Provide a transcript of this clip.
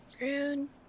Rune